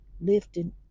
lifting